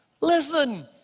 Listen